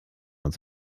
uns